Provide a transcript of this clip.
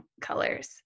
colors